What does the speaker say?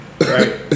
Right